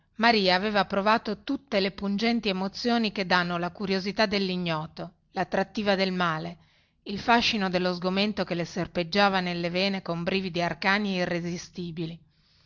maria aveva provato tutte le pungenti emozioni che danno la curiosità dellignoto lattrattiva del male il fascino dello sgomento che le serpeggiava nelle vene con brividi arcani e irresistibili